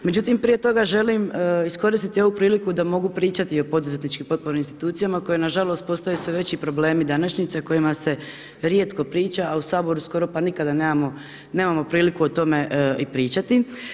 Međutim, prije toga želim iskoristiti ovu priliku, da mogu pričati o poduzetničkim potpornim institucija, koji nažalost, postoje sve veći problemi današnjice, kojima se rijetko priča, a u Saboru, skoro pa nikada nemamo priliku o tome i pričati.